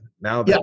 Now